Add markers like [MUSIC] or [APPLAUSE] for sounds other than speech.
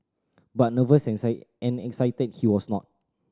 but nervous and [UNINTELLIGIBLE] and excited he was not